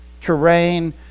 terrain